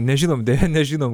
nežinom deja nežinom